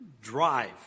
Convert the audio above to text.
drive